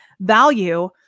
value